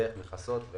דרך מכסות,